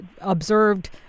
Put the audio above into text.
observed